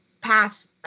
pass